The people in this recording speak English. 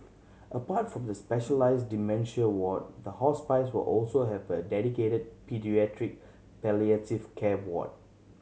apart from the specialised dementia ward the hospice will also have a dedicated paediatric palliative care ward